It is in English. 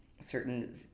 certain